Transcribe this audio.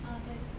ah 对